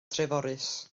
treforys